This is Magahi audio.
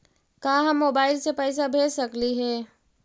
का हम मोबाईल से पैसा भेज सकली हे?